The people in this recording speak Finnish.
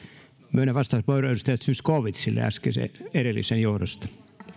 myönnän vastauspuheenvuoron edustaja zyskowiczille edellisen johdosta